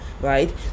right